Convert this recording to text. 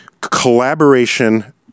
collaboration